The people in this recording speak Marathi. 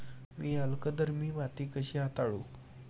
मी अल्कधर्मी माती कशी हाताळू?